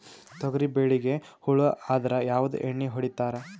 ತೊಗರಿಬೇಳಿಗಿ ಹುಳ ಆದರ ಯಾವದ ಎಣ್ಣಿ ಹೊಡಿತ್ತಾರ?